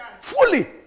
Fully